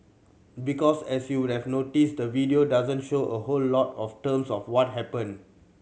because as you would have noticed the video doesn't show a whole lot of terms of what happened